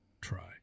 try